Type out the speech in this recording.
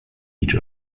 each